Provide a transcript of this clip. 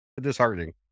disheartening